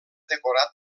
decorat